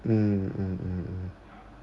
mm mm mm mm